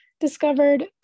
discovered